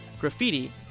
graffiti